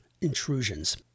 intrusions